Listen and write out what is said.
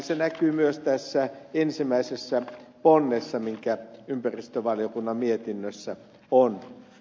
se näkyy myös tässä ensimmäisessä ponnessa joka ympäristövaliokunnan mietinnössä on